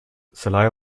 celia